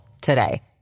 today